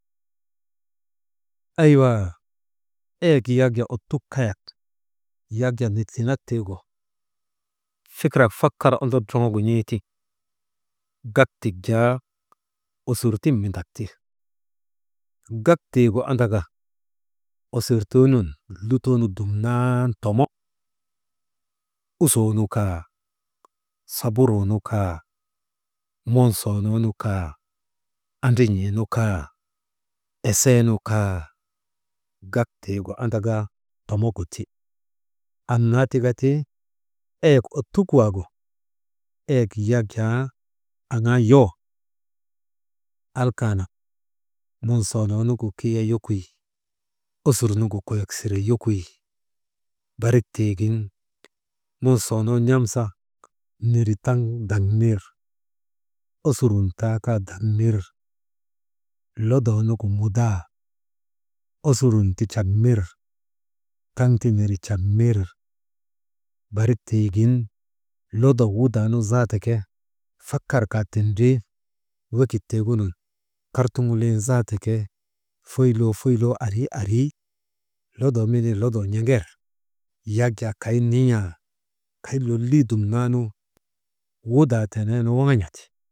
Aywaa eyek yak jaa ottuk kayak yak jaa mitiinak tiigu, fikirak fakar ondodroŋogu n̰ee tiŋ, gak tik jaa osutun mendak ti gak tiigu andaka osurtuunun lutoo nu dumnan tomo, usoo nu kaa, saburuu nu kaa, monsoonoo nu kaa, andran̰ii nu kaa, esee nu kaa gak tiigu andaka, tomogu ti, annaa tika tie zek ottuk waagu, ezek yak jaa aŋaa yowok alkaanak monsoonoo nugu kiya yokoy, osur nugu koyok sire yokoy, barik tiigin monsoonoo n̰amsa, neri taŋ daŋ nir osurun taa kaa daŋ nir lodoo nugu mudaa, osurun ti cak mir, taŋ te neri cak mir, barik tiigin lodoo wudaa nu zaata ke, fakar kaa tindrii wekit tiigin kartuŋulin zaata ke, foyloo, foyloo, arii arii, lodoo menin zaata ke lodoo n̰eŋer yak jaa kay nin̰aa kay lolii dumnaanu wudaa teneenu waŋan̰andi.